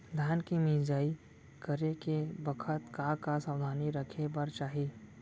धान के मिसाई करे के बखत का का सावधानी रखें बर चाही?